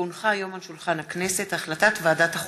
כי הונחה היום על שולחן הכנסת החלטת ועדת החוקה,